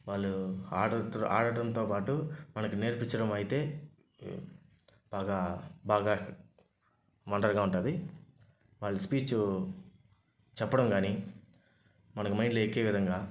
వాళ్లు ఆటలు ఆడడంతో పాటు మనకి నేర్పించడం అయితే బాగా బాగా వండర్గా ఉంటుంది వాళ్లు స్పీచ్ చెప్పడం కాని మనకి మైండ్లో ఎక్కే విధంగా